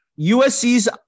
USC's